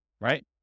right